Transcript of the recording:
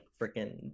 freaking